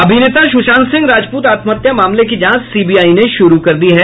अभिनेता सुशांत सिंह राजपूत आत्महत्या मामले की जांच सीबीआई ने शुरू कर दी है